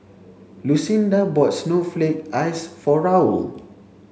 Lucinda bought snowflake ice for Raul